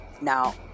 now